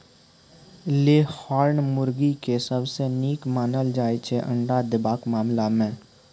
leghorn मुरगी केँ सबसँ नीक मानल जाइ छै अंडा देबाक मामला मे